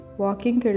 walking